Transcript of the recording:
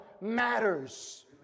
matters